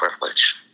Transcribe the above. privilege